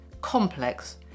complex